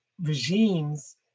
regimes